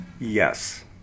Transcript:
Yes